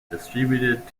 distributed